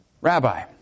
Rabbi